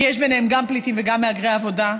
כי יש ביניהם גם פליטים וגם מהגרי העבודה.